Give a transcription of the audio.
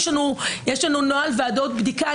יש לנו נוהל ועדות בדיקה.